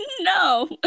no